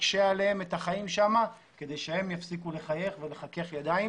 נקשה עליהם את החיים שם כדי שהם יפסיקו לחייך ולחכך ידיים